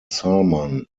salman